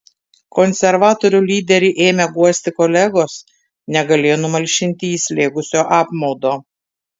konservatorių lyderį ėmę guosti kolegos negalėjo numalšinti jį slėgusio apmaudo